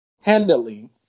handily